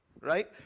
right